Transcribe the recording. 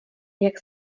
jak